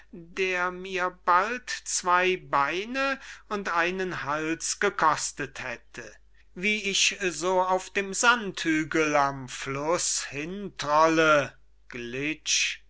der mich bald zwey beine und einen hals gekostet hätte wie ich so auf dem sandhügel am fluß hintrolle glitsch